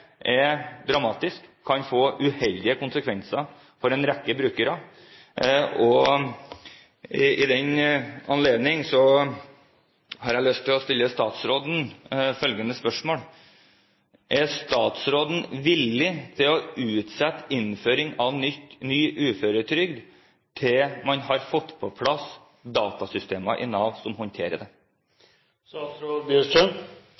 er dramatisk, og det kan få uheldige konsekvenser for en rekke brukere. I den anledning har jeg lyst til å stille statsråden følgende spørsmål: Er statsråden villig til å utsette innføring av ny uføretrygd til man har fått på plass datasystemer i Nav som håndterer